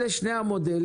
אלה שני המודלים.